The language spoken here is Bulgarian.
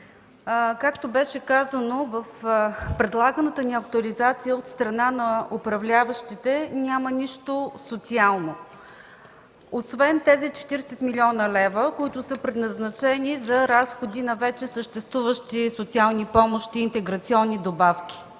Както беше казано, в предлаганата ни актуализация от страна на управляващите няма нищо социално освен тези 40 млн. лв., които са предназначени за разходи на вече съществуващи социални помощи и интеграционни добавки.